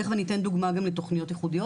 תכף אני אתן דוגמא גם לתכניות ייחודיות.